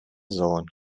sohn